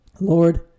Lord